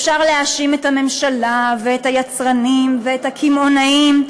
אפשר להאשים את הממשלה ואת היצרנים ואת הקמעונאים,